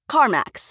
CarMax